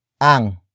ang